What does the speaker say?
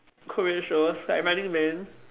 Korean shows like running man